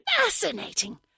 Fascinating